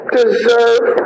deserve